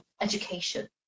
education